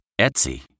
Etsy